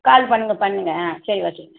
கால் பண்ணுங்கள் பண்ணுங்கள் ஆ சரி வெச்சுருங்க